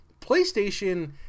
PlayStation